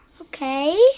Okay